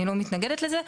אני לא מתנגדת לזה,